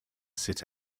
sit